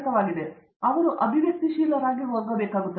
ಅರಂದಾಮ ಸಿಂಗ್ ಆದ್ದರಿಂದ ಅವರು ಅಭಿವ್ಯಕ್ತಿಶೀಲರಾಗಿ ಹೋಗಬೇಕಾಗುತ್ತದೆ